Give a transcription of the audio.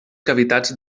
cavitats